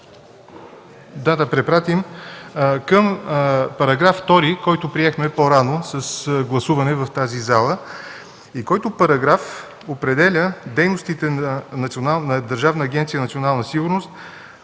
се да препратим към § 2, който приехме по-рано с гласуване в тази зала, който определя дейностите на Държавна агенция „Национална сигурност”